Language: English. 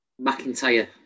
McIntyre